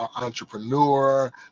entrepreneur